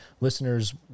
listeners